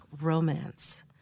romance